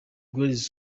girls